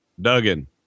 Duggan